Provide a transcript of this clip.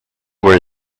were